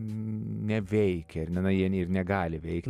neveikia ir na jie ir negali veikti